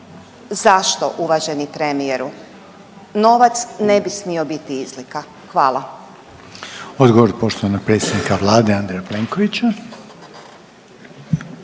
zašto uvaženi premijeru, novac ne bi smio biti izlika? Hvala.